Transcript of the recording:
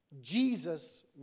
Jesus